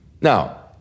Now